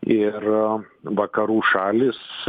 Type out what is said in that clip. ir vakarų šalys